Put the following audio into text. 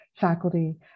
faculty